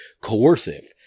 coercive